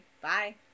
Bye